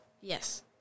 Yes